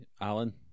Alan